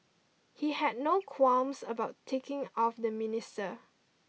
he had no qualms about ticking off the minister